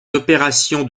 opérations